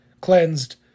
cleansed